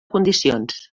condicions